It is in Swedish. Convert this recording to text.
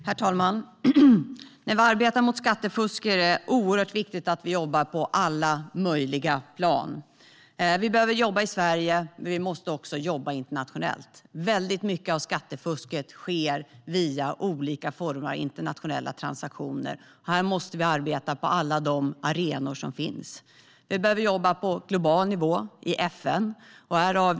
Herr talman! När vi arbetar mot skattefusk är det oerhört viktigt att vi jobbar på alla möjliga plan. Vi behöver jobba i Sverige, men vi måste också jobba internationellt. Mycket av skattefusket sker via olika former av internationella transaktioner. Här måste vi arbeta på alla de arenor som finns. Vi behöver jobba på global nivå i FN.